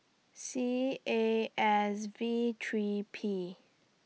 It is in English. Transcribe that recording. C A S V three P